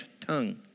tongue